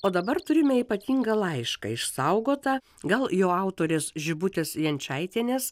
o dabar turime ypatingą laišką išsaugotą gal jo autorės žibutės jančaitienės